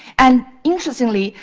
and interestingly,